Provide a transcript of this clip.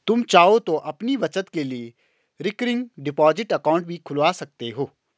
तुम चाहो तो अपनी बचत के लिए रिकरिंग डिपॉजिट अकाउंट भी खुलवा सकते हो